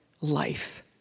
life